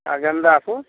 आओर गेन्दा फूल